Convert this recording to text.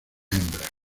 hembra